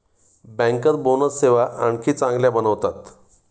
banker bonus सेवा आणखी चांगल्या बनवतात